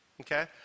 okay